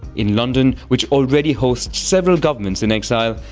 in london, which already hosts several governments in exile,